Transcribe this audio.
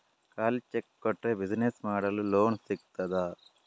ಖಾಲಿ ಚೆಕ್ ಕೊಟ್ರೆ ಬಿಸಿನೆಸ್ ಮಾಡಲು ಲೋನ್ ಸಿಗ್ತದಾ?